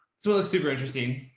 so it looks super interesting.